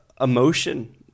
emotion